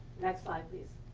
next slide, please.